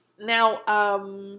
Now